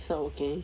so okay